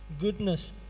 goodness